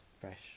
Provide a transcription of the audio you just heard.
fresh